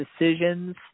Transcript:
decisions